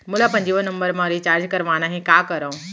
मोला अपन जियो नंबर म रिचार्ज करवाना हे, का करव?